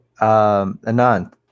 Anand